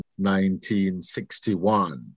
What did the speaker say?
1961